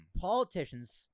politicians